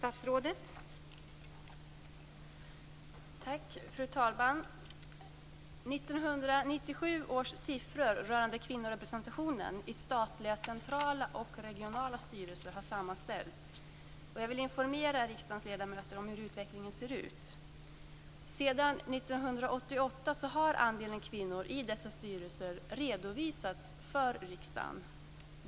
Fru talman! 1997 års siffror rörande kvinnorepresentationen i statliga centrala och regionala styrelser har sammanställts. Jag vill informera riksdagens ledamöter om hur utvecklingen ser ut. Sedan 1988 har andelen kvinnor i dessa styrelser redovisats för riksdagen.